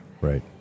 right